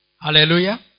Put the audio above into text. Hallelujah